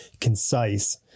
concise